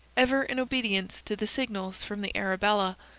ever in obedience to the signals from the arabella,